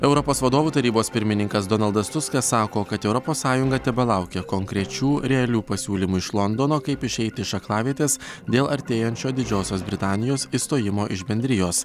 europos vadovų tarybos pirmininkas donaldas tuskas sako kad europos sąjunga tebelaukia konkrečių realių pasiūlymų iš londono kaip išeiti iš aklavietės dėl artėjančio didžiosios britanijos išstojimo iš bendrijos